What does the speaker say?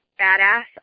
badass